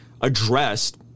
addressed